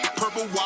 purple